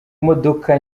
modoka